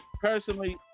personally